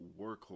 workhorse